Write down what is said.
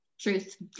Truth